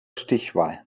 stichwahl